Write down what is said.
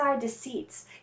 deceits